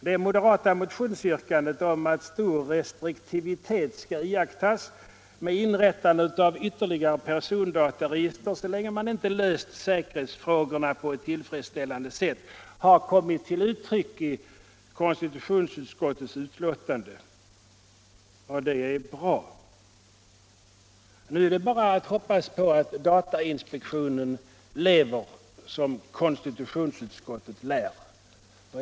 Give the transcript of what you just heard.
Det moderata motionsyrkandet om att stor restriktivitet bör iakttas vid inrättande av ytterligare persondataregister så länge inte säkerhetsfrågorna lösts på ett tillfredsställande sätt har kommit till uttryck i konstitutionsutskottets betänkande. Det är bra. Nu är det bara att hoppas att datainspektionen lever som konstitutionsutskottet lär.